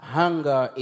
hunger